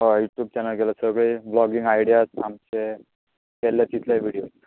हय YouTube channel केले सगळें व्लोगिंग आयडीयाज आमचें केल्लें तितलेय विडिओज